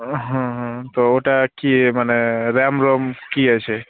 হ্যাঁ হুম তো ওটা কী মানে র্যাম রম কী আছে